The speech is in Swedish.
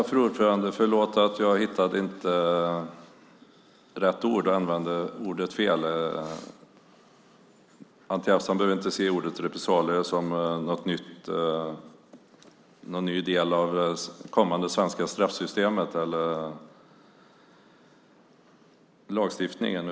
Fru talman! Förlåt att jag inte hittade rätt ord och använde ordet fel. Anti Avsan behöver inte se ordet "repressalier" som en ny del av det kommande svenska straffsystemet eller lagstiftningen.